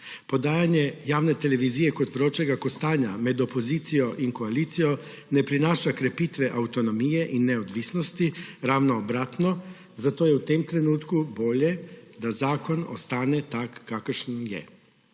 Podajanje javne televizije kot vročega kostanja med opozicijo in koalicijo ne prinaša krepitve avtonomije in neodvisnosti; ravno obratno, zato je v tem trenutku bolje, da zakon ostane tak, kakršen je.